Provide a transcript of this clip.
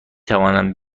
توانم